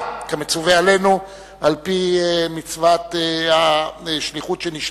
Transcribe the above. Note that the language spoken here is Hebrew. כמצווה עלינו על-פי מצוות השליחות שנשלחנו.